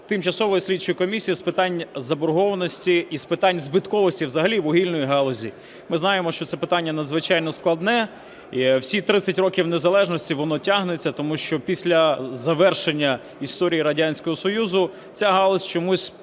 Тимчасової слідчої комісії з питань заборгованості і з питань збитковості взагалі вугільної галузі. Ми знаємо, що це питання надзвичайно складне, всі 30 років незалежності воно тягнеться, тому що після завершення історії Радянського Союзу ця галузь чомусь